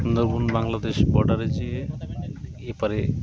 সুন্দরবন বাংলাদেশ বর্ডারে যেয়ে এপারে